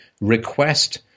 request